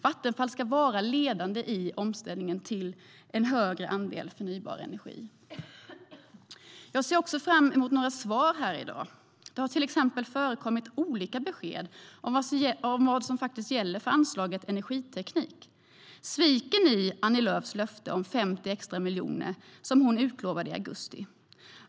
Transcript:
Vattenfall ska vara ledande i omställningen till en högre andel förnybar energi. Jag ser också fram emot några svar i dag. Det har till exempel förekommit olika besked om vad som gäller för anslaget Energiteknik. Sviker ni Annie Lööfs löfte om 50 extra miljoner som hon utlovade i augusti?